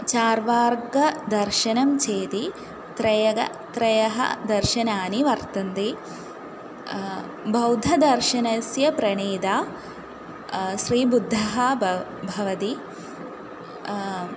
चार्वाकदर्शनं चेति त्रयः त्रयः दर्शनानि वर्तन्ते बौद्धदर्शनस्य प्रणेता श्रीबुद्धः ब भवति